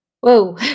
Whoa